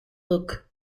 look